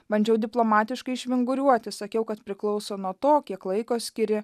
bandžiau diplomatiškai išvinguriuoti sakiau kad priklauso nuo to kiek laiko skiri